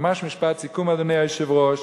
ממש משפט סיכום, אדוני היושב-ראש,